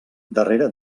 darrere